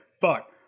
Fuck